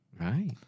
Right